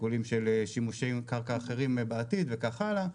משיקולים של שימושי קרקע אחרים בעתיד וכך הלאה,